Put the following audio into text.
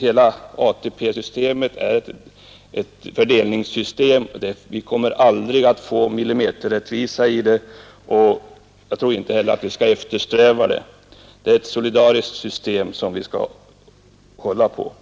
Hela ATP-systemet är ett fördelningssystem, och vi kommer aldrig att få millimeterrättvisa i det, och jag tror inte att vi skall eftersträva det. Det är ett solidariskt system som vi skall hålla på.